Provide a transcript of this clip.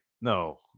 No